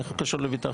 איך הוא קשור לביטחון?